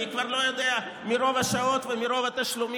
אני כבר לא יודע איך הוא שורד את זה מרוב השעות ומרוב התשלומים.